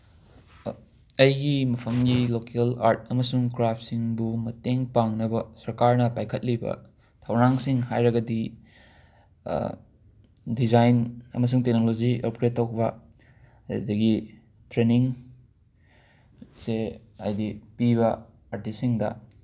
ꯑꯩꯒꯤ ꯃꯐꯝꯒꯤ local art ꯑꯃꯁꯨꯡ ꯀ꯭ꯔꯥꯐꯁꯤꯡꯕꯨ ꯃꯇꯦꯡ ꯄꯥꯡꯅꯕ ꯁꯔꯀꯥꯔꯅ ꯄꯥꯏꯈꯠꯂꯤꯕ ꯊꯧꯔꯥꯡꯁꯤꯡ ꯍꯥꯏꯔꯒꯗꯤ ꯗꯤꯖꯥꯏꯟ ꯑꯃꯁꯨꯡ ꯇꯦꯛꯅꯣꯂꯣꯖꯤ ꯑꯞꯒ꯭ꯔꯦꯠ ꯇꯧꯕ ꯑꯗꯨꯗꯒꯤ ꯇ꯭ꯔꯦꯅꯤꯡ ꯁꯦ ꯍꯥꯏꯗꯤ ꯄꯤꯕ ꯑꯥꯔꯇꯤꯁꯁꯤꯡꯗ